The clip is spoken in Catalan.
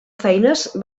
feines